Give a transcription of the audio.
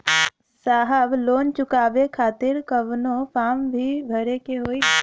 साहब लोन चुकावे खातिर कवनो फार्म भी भरे के होइ?